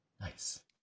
Nice